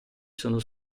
sono